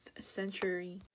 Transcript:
century